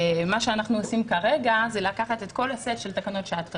מה שאנחנו עושים כרגע הוא לקחת את כל הסט של תקנות שעת חירום,